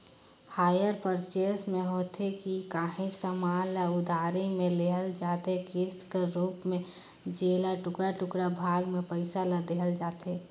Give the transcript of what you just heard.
hire purchase में होथे ए कि काहींच समान ल उधारी में लेहल जाथे किस्त कर रूप में जेला टुड़का टुड़का भाग में पइसा ल देहल जाथे